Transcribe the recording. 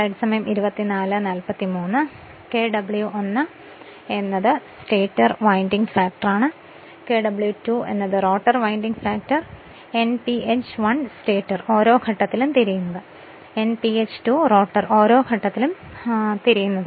Kw1 എന്നത് stator winding factor ആണ് Kw2 എന്നത് rotor winding factor Nph1 stator ഓരോ ഘട്ടത്തിലും തിരിയുന്നത് Nph2 റോട്ടർ ഓരോ ഘട്ടത്തിലും തിരിയുന്നത്